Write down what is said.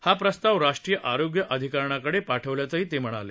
हा प्रस्ताव राष्ट्रीय आरोग्य अधिकरणाकडे पाठवल्याचं ते म्हणाले